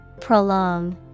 Prolong